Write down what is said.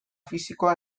fisikoa